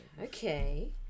Okay